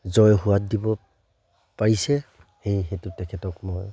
জয় সোৱাদ দিব পাৰিছে সেইহেতু তেখেতক মই